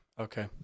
Okay